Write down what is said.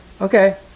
Okay